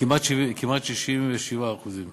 כמעט 67%;